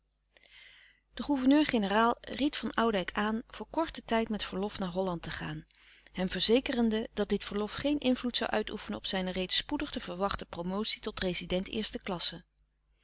regeering de gouverneur-generaal ried van oudijck aan voor korten tijd met verlof naar holland te gaan hem verzekerende dat dit verlof geen invloed zoû uitoefenen op zijne reeds spoedig te verwachten promotie tot